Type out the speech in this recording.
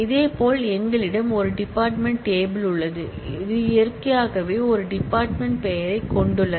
இதேபோல் எங்களிடம் ஒரு டிபார்ட்மென்ட் டேபிள் உள்ளது இது இயற்கையாகவே ஒரு டிபார்ட்மென்ட் பெயரைக் கொண்டுள்ளது